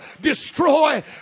destroy